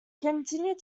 continued